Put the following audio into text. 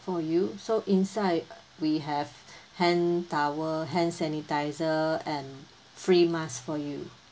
for you so inside we have hand towel hand sanitizers and free masks for you